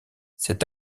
cet